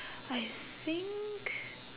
I think